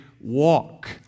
walk